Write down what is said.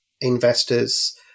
investors